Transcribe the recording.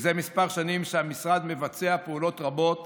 מזה כמה שנים שהמשרד מבצע פעולות רבות